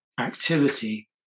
activity